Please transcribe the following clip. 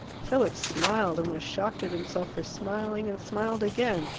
philip smiled, and was shocked at himself for smiling, and smiled again.